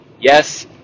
Yes